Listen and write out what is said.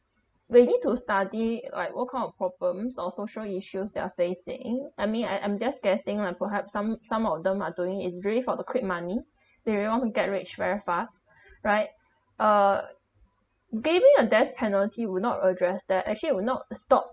they need to study like what kind of problems or social issues they are facing I mean I I'm just guessing lah perhaps some some of them are doing is really for the quick money they really want to get rich very fast right uh giving a death penalty would not address that actually will not stop